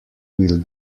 will